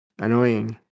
annoying